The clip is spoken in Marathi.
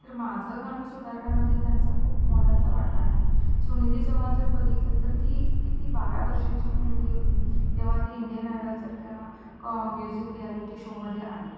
तर माझं गाणं सुधारण्यामध्ये त्यांचा खूप मोलाचा वाटा आहे सुनीधी चौहान जर बघितलं तर ती किती बारा वर्षाची मुलगी होती जेव्हा ती इंडियन आयडलसारख्या क म्युझिक रियालिटी शोमध्ये आली